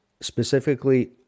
specifically